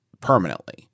permanently